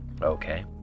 Okay